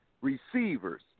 Receivers